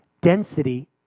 density